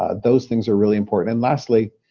ah those things are really important. and lastly,